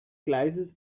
gleises